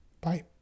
Bye